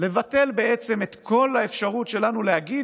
לבטל בעצם את כל האפשרות שלנו להגיד